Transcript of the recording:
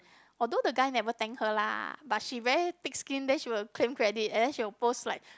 although the guy never thank her lah but she very thick skin then she will claim credit and then she will post like